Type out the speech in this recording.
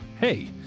Hey